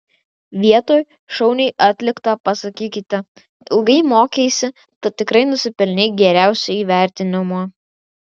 vietoj šauniai atlikta pasakykite ilgai mokeisi tad tikrai nusipelnei geriausio įvertinimo